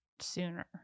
sooner